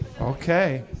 Okay